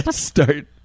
start